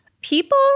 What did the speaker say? People